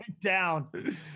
down